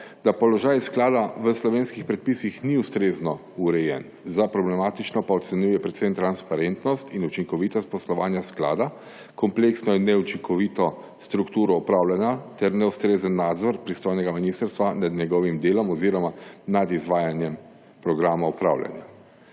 da položaj sklada v slovenskih predpisih ni ustrezno urejen, za problematično pa ocenjuje predvsem transparentnost in učinkovitost poslovanja sklada, kompleksno in neučinkovito strukturo upravljanja ter neustrezen nadzor pristojnega ministrstva nad njegovim delom oziroma nad izvajanjem programa upravljanja.